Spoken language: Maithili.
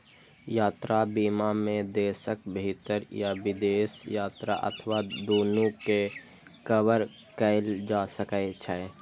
यात्रा बीमा मे देशक भीतर या विदेश यात्रा अथवा दूनू कें कवर कैल जा सकै छै